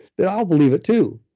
then i'll believe it too,